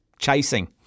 chasing